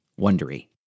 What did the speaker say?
Wondery